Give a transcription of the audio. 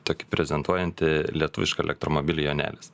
tokį prezentuojantį lietuvišką elektromobilį jonelis